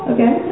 Okay